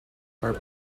are